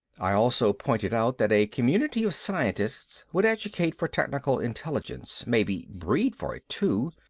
i also pointed out that a community of scientists would educate for technical intelligence, maybe breed for it too.